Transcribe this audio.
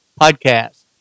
podcast